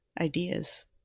ideas